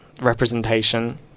representation